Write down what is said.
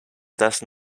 does